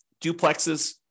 duplexes